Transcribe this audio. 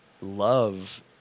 love